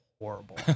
horrible